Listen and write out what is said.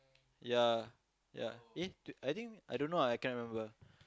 ya ya eh I think I don't know ah I cannot remember